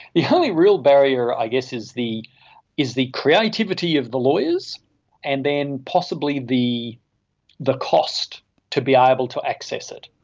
the only real barrier i guess is the is the creativity of the lawyers and then possibly the the cost to be able to access it.